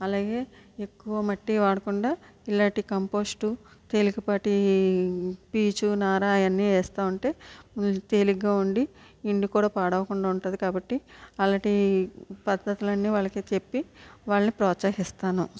అలాగే ఎక్కువ మట్టి వాడకుండా ఇలాంటి కంపోస్ట్ తేలికపాటి పీచు నారా అవి అన్నీ వేస్తు ఉంటే తేలికగా ఉండి ఇండ్లు కూడా పాడవకుండా ఉంటుంది కాబట్టి అలాంటి పద్ధతులు అన్ని వాళ్ళకు చెప్పి వాళ్ళని ప్రోత్సహిస్తాను